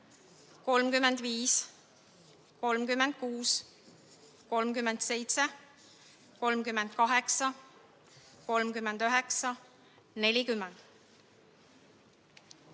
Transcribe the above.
35, 36, 37, 38, 39, 40,